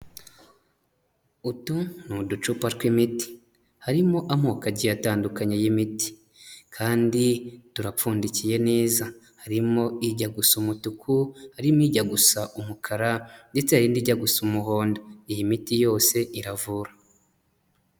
Utu ni uducupa tw'imiti, harimo amoko agiye atandukanye y'imiti, kandi turapfundikiye neza, harimo ijya gusa umutuku, harimo ijya gusa umukara ndetse indi ijya gusa umuhondo, iyi miti yose iravura.